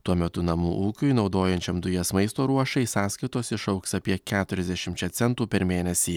tuo metu namų ūkiui naudojančiam dujas maisto ruošai sąskaitos išaugs apie keturiasdešimčia centų per mėnesį